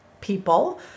people